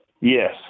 Yes